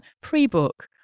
pre-book